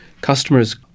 customers